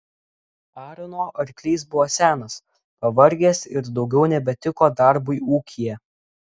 arno arklys buvo senas pavargęs ir daugiau nebetiko darbui ūkyje